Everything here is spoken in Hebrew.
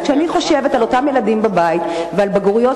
אז כשאני חושבת על אותם ילדים בבית ועל בגרויות,